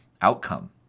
outcome